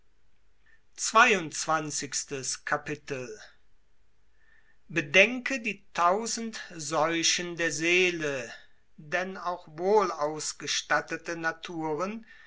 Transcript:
bedenke die tausend seuchen der seele denn auch wohlausgestattete naturen